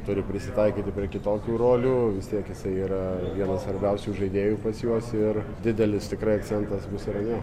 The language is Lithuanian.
turi prisitaikyti prie kitokių rolių vis tiek jisai yra vienas svarbiausių žaidėjų pas juos ir didelis tikrai akcentas bus ir ant jo